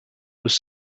was